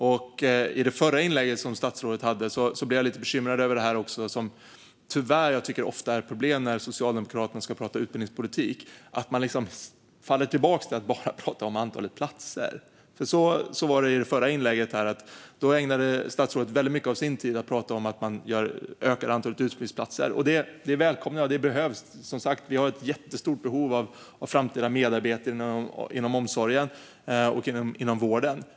I statsrådets förra inlägg blev jag lite bekymrad över något som ofta är problemet när Socialdemokraterna ska prata utbildningspolitik, nämligen att man faller tillbaka på att bara prata om antalet platser. Så var det i det förra inlägget. Statsrådet ägnade väldigt mycket av sin tid åt att tala om att man ökar antalet utbildningsplatser. Det välkomnar jag, för det behövs. Som sagt: Vi har ett jättestort behov av framtida medarbetare inom omsorgen och vården.